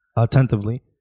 attentively